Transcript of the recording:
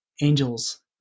angels